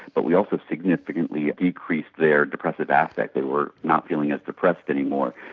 but we also significantly decreased their depressive aspect, they were not feeling as depressed anymore.